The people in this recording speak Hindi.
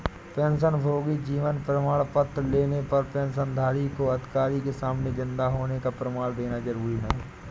पेंशनभोगी जीवन प्रमाण पत्र लेने पर पेंशनधारी को अधिकारी के सामने जिन्दा होने का प्रमाण देना जरुरी नहीं